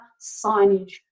signage